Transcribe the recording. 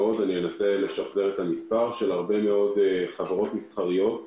של הרבה מאוד חברות מסחריות,